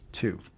Two